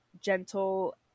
gentle